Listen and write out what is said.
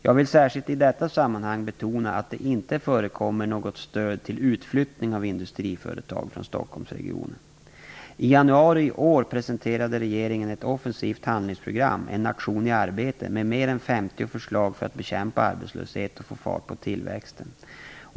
Jag vill särskilt i detta sammanhang betona att det inte förekommer något stöd till utflyttning av industriföretag från Stockholmsregionen. I januari i år presenterade regeringen ett offensivt handlingsprogram - En nation i arbete - med mer än 50 förslag för att bekämpa arbetslöshet och få fart på tillväxten.